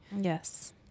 Yes